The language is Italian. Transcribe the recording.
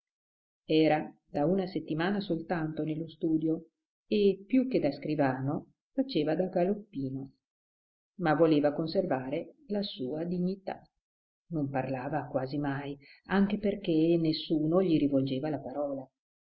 era da una settimana soltanto nello studio e più che da scrivano faceva da galoppino ma voleva conservare la sua dignità non parlava quasi mai anche perché nessuno gli rivolgeva la parola